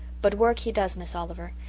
but work he does, miss oliver,